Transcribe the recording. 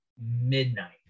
midnight